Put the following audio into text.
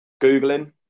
googling